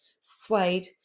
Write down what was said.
suede